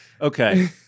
okay